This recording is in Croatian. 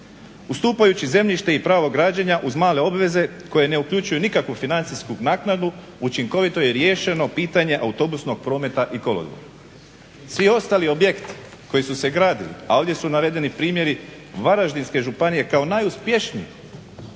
Ustupajući zemljište i pravo građenje uz male obveze koje ne uključuju nikakvu financijsku naknadu učinkovito je riješeno pitanje autobusnog prometa i kolodvora. Svi ostali objekti koji su se gradili, a ovdje su navedeni primjeri Varaždinske županije kao najuspješnije.